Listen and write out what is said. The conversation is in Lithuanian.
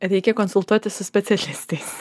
reikia konsultuotis su specialistais